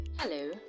Hello